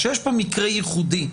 שיש כאן מקרה ייחודי,